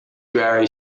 vary